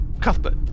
Cuthbert